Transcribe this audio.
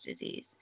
disease